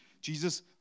Jesus